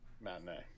matinee